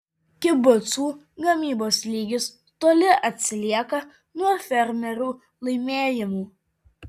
kibucų gamybos lygis toli atsilieka nuo fermerių laimėjimų